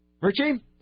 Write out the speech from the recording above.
Richie